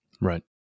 Right